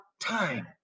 time